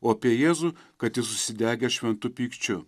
o apie jėzų kad jis užsidegęs šventu pykčiu